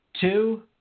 two